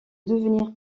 devenir